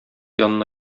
янына